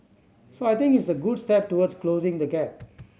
so I think it's a good step towards closing the gap